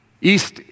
East